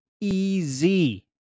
easy